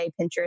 Pinterest